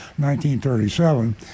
1937